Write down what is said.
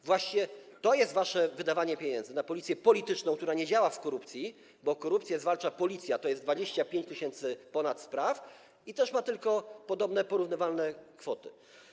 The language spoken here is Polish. Właśnie to jest wasze wydawanie pieniędzy na policję polityczną, która nie działa w obszarze korupcji, bo korupcję zwalcza Policja, to jest ponad 25 tys. spraw, i też ma tylko podobne, porównywalne kwoty.